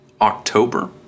October